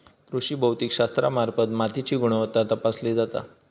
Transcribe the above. कृषी भौतिकशास्त्रामार्फत मातीची गुणवत्ता तपासली जाता